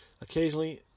Occasionally